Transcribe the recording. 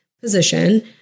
position